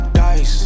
dice